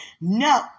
No